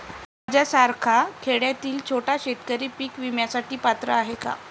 माझ्यासारखा खेड्यातील छोटा शेतकरी पीक विम्यासाठी पात्र आहे का?